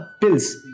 pills